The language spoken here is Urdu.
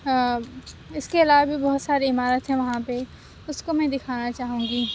اِس کے علاوہ بھی بہت عمارت ہیں وہاں پہ اُس کو میں دکھانا چاہوں گی